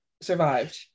survived